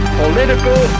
political